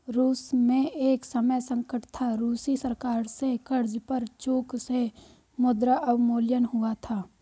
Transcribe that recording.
रूस में एक समय संकट था, रूसी सरकार से कर्ज पर चूक से मुद्रा अवमूल्यन हुआ था